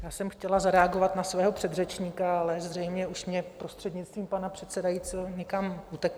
Já jsem chtěla zareagovat na svého předřečníka, ale zřejmě už mně, prostřednictvím pana předsedajícího, někam utekl.